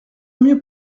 mieux